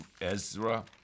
Ezra